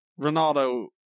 ronaldo